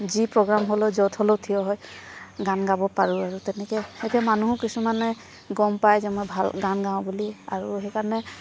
যি প্ৰগ্ৰাম হ'লেও য'ত হ'লেও থিয় হৈ গান গাব পাৰোঁ আৰু তেনেকৈ এতিয়া মানুহো কিছুমানে গম পায় যে মই ভাল গান গাওঁ বুলি আৰু সেইকাৰণে